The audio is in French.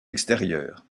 extérieures